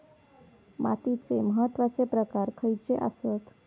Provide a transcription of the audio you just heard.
मातीचे महत्वाचे प्रकार खयचे आसत?